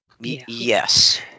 Yes